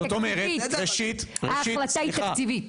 זאת אומרת, ראשית --- ההחלטה היא תקציבית.